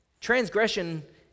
Transgression